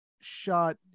shot